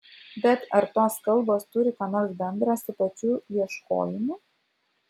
bet ar tos kalbos turi ką nors bendra su pačiu ieškojimu